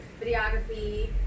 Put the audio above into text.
videography